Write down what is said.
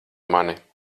mani